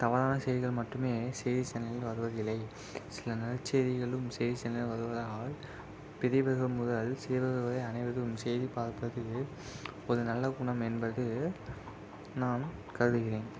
தவறான செய்திகள் மட்டுமே செய்தி சேனல்களில் வருவது இல்லை சில நற்செய்திகளும் செய்தி சேனலில் வருவதால் பெரியவர்கள் முதல் சிறியவர்கள் வரை அனைவரும் செய்தி பார்ப்பது ஒரு நல்ல குணம் என்பது நான் கருதுகிறேன்